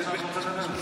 אני רק רוצה לעשות סדר.